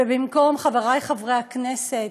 וחברי חברי הכנסת,